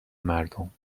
مردم